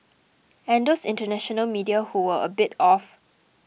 and those international media who were a bit off